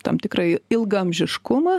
tam tikrai ilgaamžiškumą